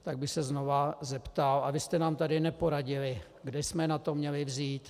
Tak bych se znova zeptal a vy jste nám tady neporadili, kde jsme na to měli vzít.